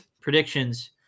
predictions